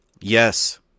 Yes